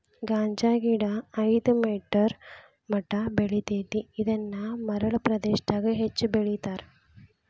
ಗಾಂಜಾಗಿಡಾ ಐದ ಮೇಟರ್ ಮಟಾ ಬೆಳಿತೆತಿ ಇದನ್ನ ಮರಳ ಪ್ರದೇಶಾದಗ ಹೆಚ್ಚ ಬೆಳಿತಾರ